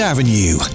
Avenue